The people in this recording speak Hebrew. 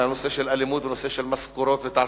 הנושא של אלימות והנושא של משכורות ותעסוקה.